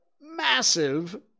massive